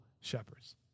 shepherds